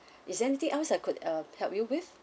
is there anything else I could uh help you with